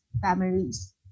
families